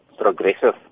progressive